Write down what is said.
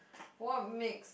what makes